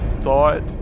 thought